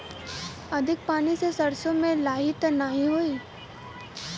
अधिक पानी से सरसो मे लाही त नाही होई?